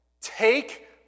take